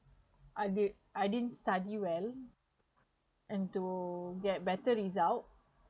I did I didn't study well and to get better result